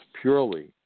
purely